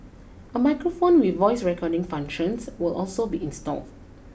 a microphone with voice recording functions will also be installed